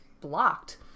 blocked